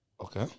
Okay